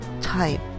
Type